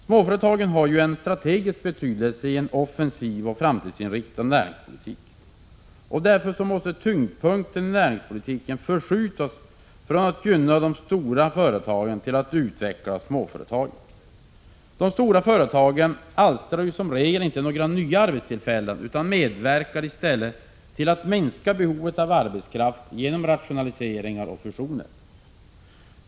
Småföretagen har en strategisk betydelse i en offensiv och framtidsinriktad näringspolitik. Därför måste tyngdpunkten i näringspolitiken förskjutas från att gynna de stora företagen till att utveckla småföretagen. De stora företagen alstrar som regel inte några nya arbetstillfällen utan medverkar i stället till att minska behovet av arbetskraft genom rationaliseringar och fusioner.